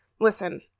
Listen